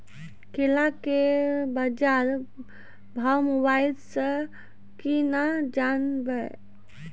केला के बाजार भाव मोबाइल से के ना जान ब?